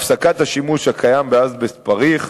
הפסקת השימוש הקיים באזבסט פריך,